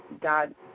God